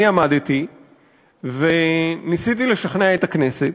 אני עמדתי וניסיתי לשכנע את הכנסת,